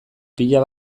pila